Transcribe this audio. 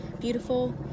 beautiful